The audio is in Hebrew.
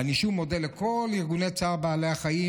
ואני שוב מודה לכל ארגוני צער בעלי החיים